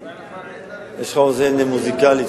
יש לך אוזן מוזיקלית,